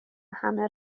همه